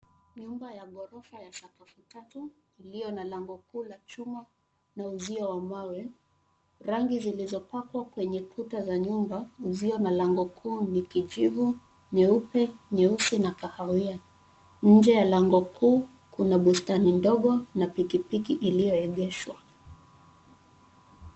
Nyumba ya gorofa ya sakafu tatu iliyo na lango kuu la chuma na uzio wa mawe. Rangi zilizopakwa kwenye kuta za nyumba, uzio, na langao kuu ni kijivu, nyeupe, nyeusi na kahawia. Nje ya lango kuu kuna bustani ndogo na pikipiki iliyo egeshwa.